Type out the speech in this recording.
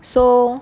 so